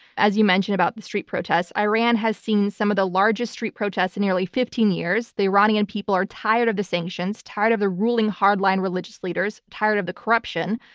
as you mentioned, about the street protests. iran has seen some of the largest street protests in nearly fifteen years. the iranian people are tired of the sanctions, tired of the ruling hardline religious leaders, tired of the corruption.